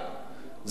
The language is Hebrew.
זה ל"רשת",